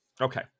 Okay